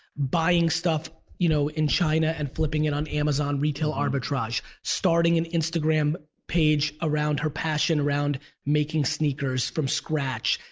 buying stuff you know in china and flipping it on amazon, retail arbitrage. starting an instagram page around her passion, around making sneakers from scratch.